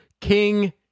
King